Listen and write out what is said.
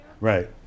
Right